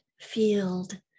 field